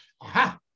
Aha